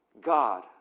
God